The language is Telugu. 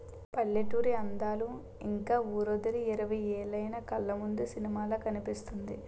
పల్లెటూరి అందాలు ఇంక వూరొదిలి ఇరవై ఏలైన కళ్లముందు సినిమాలా కనిపిస్తుంది